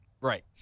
Right